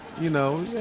you know,